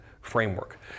framework